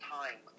time